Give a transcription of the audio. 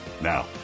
Now